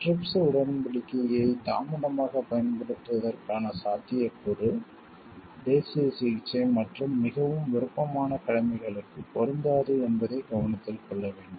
TRIPS உடன்படிக்கையை தாமதமாகப் பயன்படுத்துவதற்கான சாத்தியக்கூறு தேசிய சிகிச்சை மற்றும் மிகவும் விருப்பமான கடமைகளுக்குப் பொருந்தாது என்பதைக் கவனத்தில் கொள்ள வேண்டும்